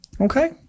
okay